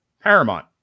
Paramount